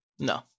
No